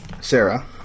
Sarah